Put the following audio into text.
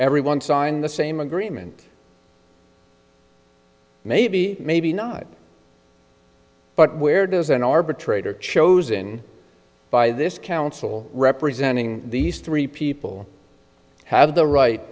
everyone signed the same agreement maybe maybe not but where does an arbitrator chosen by this counsel representing these three people have the right